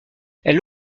elle